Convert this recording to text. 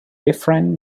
different